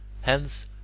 Hence